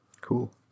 Cool